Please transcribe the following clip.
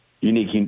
unique